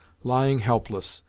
lying helpless,